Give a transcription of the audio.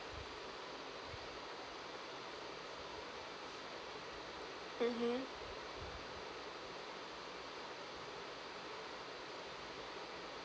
mmhmm